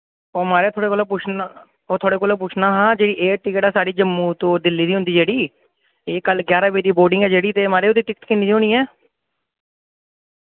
ओ माराज थुआढ़े कोला पुच्छना ओह् थुआढ़े कोला पुच्छना हा जेह्ड़ी एयर टिकट ऐ साढ़ी जम्मू टू दिल्ली दी होंदी जेह्ड़ी एह् कल ग्यारां बजे दी बोर्डिंग ऐ जेह्ड़ी ते माराज उ'दी टिकट किन्ने दी होनी ऐ